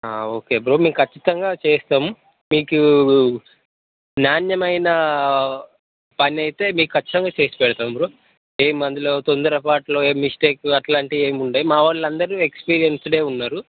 okay bro మేము ఖచ్చితంగా చేస్తాం బ్రో మీకు నాణ్యమైన పనైతే మీకు ఖచ్చితం చేసిపెడతాం బ్రో ఏం అందులో తొందర పాటులో ఏం మిస్టేకు అట్లా ఏం ఉన్నాయి మా వాళ్ళు అందరూ ఎక్స్పీరియన్స్డే ఉన్నారు